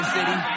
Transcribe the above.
City